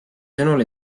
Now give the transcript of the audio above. sõnul